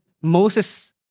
Moses